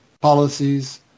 policies